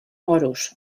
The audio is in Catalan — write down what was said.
moros